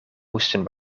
moesten